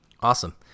awesome